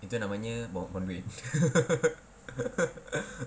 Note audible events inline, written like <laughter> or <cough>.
itu namanya buang buang duit <laughs>